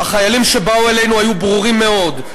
החיילים שבאו אלינו היו ברורים מאוד,